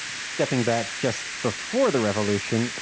stepping back just before the revolution,